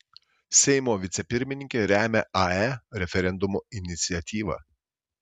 seimo vicepirmininkė remia ae referendumo iniciatyvą